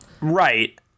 Right